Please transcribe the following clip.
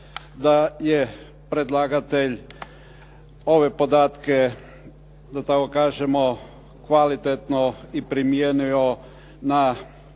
da je predlagatelj ove podatke da tako kažemo kvalitetno i primijenio na